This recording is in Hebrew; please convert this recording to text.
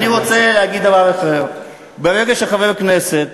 אני רוצה להגיד דבר אחר: ברגע שחבר כנסת